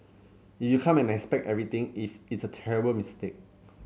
if you come and expect everything if it's a terrible mistake